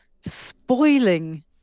spoiling